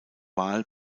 wahl